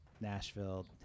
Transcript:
nashville